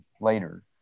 later